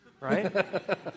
right